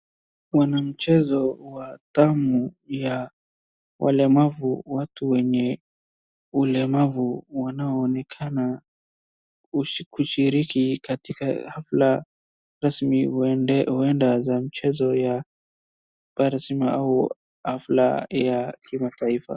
Huu nimchezo wa timu ya walemavu watu wenye ulemavu wanaoonekana kushiriki katika hafla rasmi huenda za mchezo ya Paris au hafla ya kimataifa